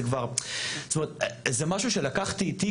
זה משהו שלקחתי איתי,